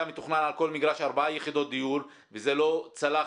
היה מתוכנן על מגרש ארבע יחידות דיור וזה לא צלח